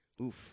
Oof